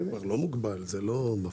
למה אתה מגביל אותם?